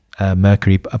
mercury